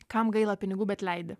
kam gaila pinigų bet leidi